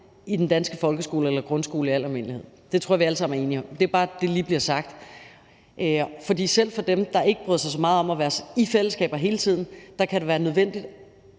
i den danske folkeskole eller i grundskolen i al almindelighed. Det tror jeg vi alle sammen er enige om. Det skal bare lige siges. For selv for dem, der ikke bryder sig så meget om at være i fællesskaber hele tiden, kan det være nødvendigt